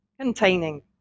containing